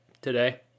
today